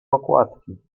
okładki